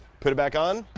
put it back on